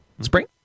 spring